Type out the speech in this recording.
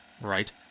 right